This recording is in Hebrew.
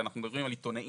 כשאנחנו מדברים על עיתונאים,